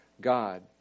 God